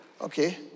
Okay